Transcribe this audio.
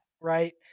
right